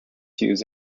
use